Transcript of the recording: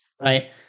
right